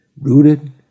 Rooted